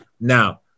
Now